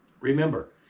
remember